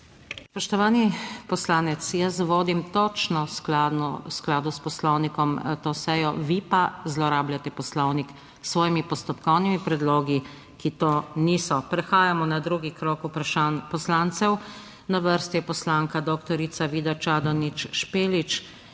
Spoštovani poslanec, jaz vodim točno v skladu s poslovnikom to sejo, vi pa zlorabljate poslovnik s svojimi postopkovnimi predlogi, ki to niso. Prehajamo na drugi krog vprašanj poslancev. Na vrsti je poslanka dr. Vida Čadonič Špelič.